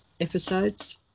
episodes